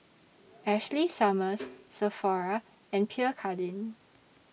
Ashley Summers Sephora and Pierre Cardin